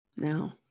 now